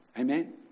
Amen